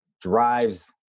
drives